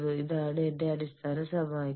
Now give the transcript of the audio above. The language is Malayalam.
ഇതാണ് എന്റെ അടിസ്ഥാന സമവാക്യം